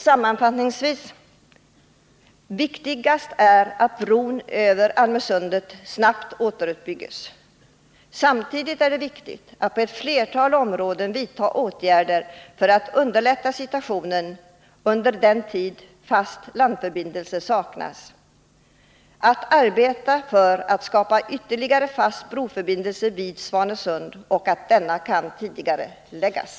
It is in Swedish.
Sammanfattningsvis: Viktigast är att bron över Almösundet snabbt återuppbyggs. Samtidigt är det viktigt att man på ett flertal områden vidtar åtgärder för att underlätta situationen under den tid fast landförbindelse saknas. Man bör arbeta för att skapa ytterligare fast broförbindelse vid Svanesund och för att denna tidigareläggs.